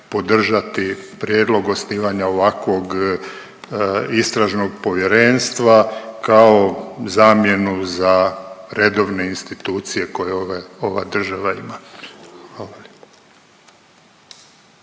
podržati prijedlog osnivanja ovakvog istražnog povjerenstva kao zamjenu za redovne institucije koje ova država ima.